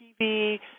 TV